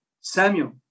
Samuel